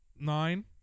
nine